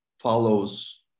follows